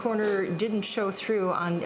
corner it didn't show through on